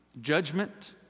Judgment